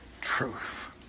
truth